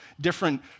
different